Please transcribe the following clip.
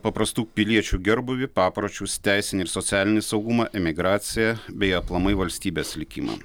paprastų piliečių gerbūvį papročius teisinį ir socialinį saugumą imigraciją bei aplamai valstybės likimą